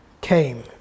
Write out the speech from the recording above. came